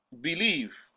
believe